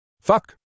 Fuck